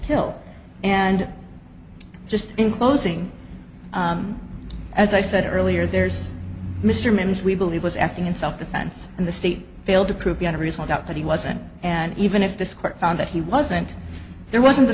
kill and just in closing as i said earlier there's mr mims we believe was acting in self defense and the state failed to prove beyond a reasonable doubt that he wasn't and even if this court found that he wasn't there wasn't the